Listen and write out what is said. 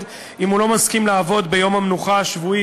אם הוא לא מסכים לעבוד ביום המנוחה השבועי